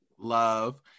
Love